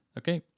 okay